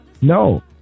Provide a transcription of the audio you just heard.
No